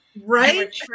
Right